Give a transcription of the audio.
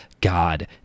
God